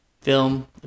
film